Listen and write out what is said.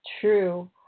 true